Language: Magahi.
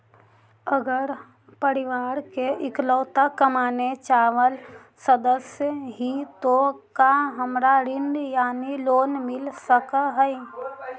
अगर हम परिवार के इकलौता कमाने चावल सदस्य ही तो का हमरा ऋण यानी लोन मिल सक हई?